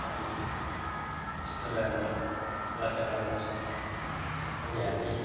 अनि यस्तो राम्रो वातावरण छ अनि हामी